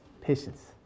patience